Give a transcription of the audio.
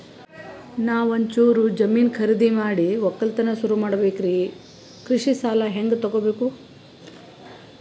ನಾ ಒಂಚೂರು ಜಮೀನ ಖರೀದಿದ ಮಾಡಿ ಒಕ್ಕಲತನ ಸುರು ಮಾಡ ಬೇಕ್ರಿ, ಕೃಷಿ ಸಾಲ ಹಂಗ ತೊಗೊಬೇಕು?